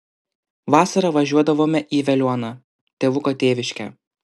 vasarą važiuodavome į veliuoną tėvuko tėviškę